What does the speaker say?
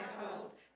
hope